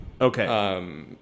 Okay